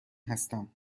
هستم